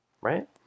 right